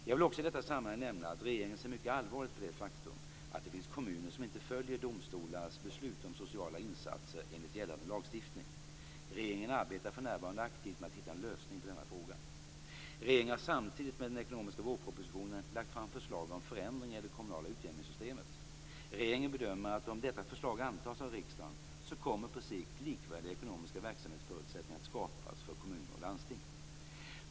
Jag vill också i detta sammanhang nämna att regeringen ser mycket allvarligt på det faktum att det finns kommuner som inte följer domstolars beslut om sociala insatser enligt gällande lagstiftning. Regeringen arbetar för närvarande aktivt med att hitta en lösning på denna fråga. Regeringen har samtidigt med den ekonomiska vårpropositionen lagt fram förslag om förändringar i det kommunala utjämningssystemet. Regeringen bedömer att om detta förslag antas av riksdagen så kommer på sikt likvärdiga ekonomiska verksamhetsförutsättningar att skapas för kommuner och landsting.